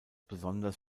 besonders